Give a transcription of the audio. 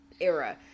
era